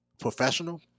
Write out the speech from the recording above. professional